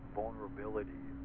vulnerability